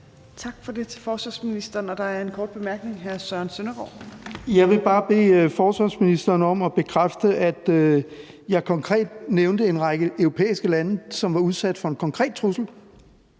Tak for det til forsvarsministeren, og der er en kort bemærkning fra hr. Søren Søndergaard. Kl. 13:45 Søren Søndergaard (EL): Jeg vil bare bede forsvarsministeren om at bekræfte, at jeg konkret nævnte en række europæiske lande, som var udsat for en konkret trussel,